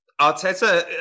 Arteta